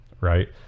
right